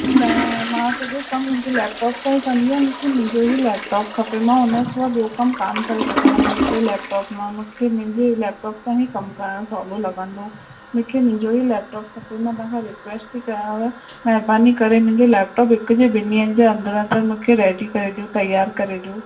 न मां सॼो कमु मुंहिंजे लैपटॉप सां ई कंदी आहियां मूंखे मुंहिंजो ई लैपटॉप खपे मां हुन सां ॿियों कमु कान करे सघंदमि ॿिए कहिड़े लैपटॉप मां मूंखे मुंहिंजे लैपटॉप सां ई कमु करणु सवलो लॻंदो मूंखे मुंहिंजो ई लैपटॉप खपे मां तव्हां खां रिक्वेस्ट थी कयाव महिरबानी करे मुंहिंजो लैपटॉप हिकु या ॿिनि ॾींहंनि जे अंदरि अंदरि मूंखे रेडी करे ॾियो तयार करे ॾियो